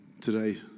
today